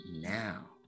now